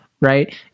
right